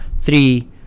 Three